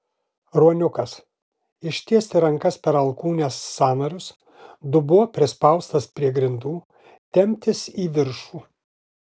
ruoniukas ištiesti rankas per alkūnės sąnarius dubuo prispaustas prie grindų temptis į viršų